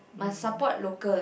must support local